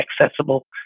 accessible